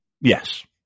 Yes